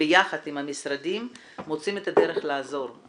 ביחד עם המשרדים מוצאים את הדרך לעזור.